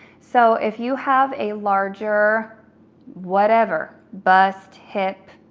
so if you have a larger whatever, bust, hip,